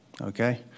okay